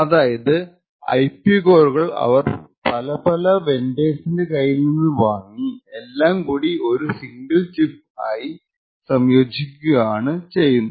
അതായത് ഐപി കോറുകൾ അവർ പല പല വെൻഡേഴ്സിന്റെ കയ്യിൽ നിന്ന് വാങ്ങി എല്ലാം കൂടി ഒരു സിംഗിൾ ചിപ്പ് ആയി സംയോചിപ്പിക്കുക ആണ് ചെയ്യുന്നത്